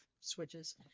switches